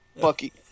Bucky